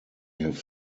have